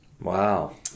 Wow